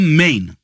Amen